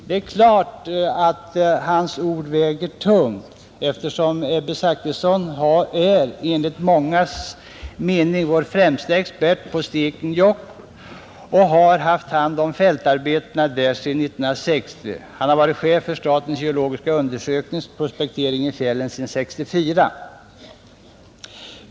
Det är klart att hans ord väger tungt, eftersom Ebbe Zachrisson enligt mångas mening är vår främste expert på Stekenjokk och har haft hand om fältarbetena där sedan 1960. Han har varit chef för statens geologiska undersöknings prospektering i fjällen sedan år 1964.